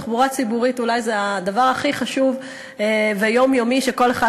תחבורה ציבורית זה אולי הדבר הכי חשוב שכל אחד